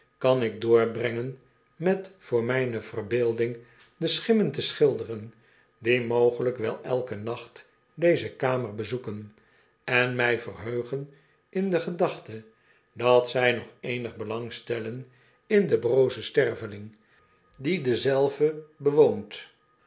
kan ik doorbrengen met voor mijne verbeelding de schimmen te schiideren die mogelijk wel elken nacht deze kamer bezoeken en mij verheugen in de gedachte dat zij nog eenig belang stellen in den brozen sterveling die dezelve bewoont